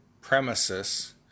premises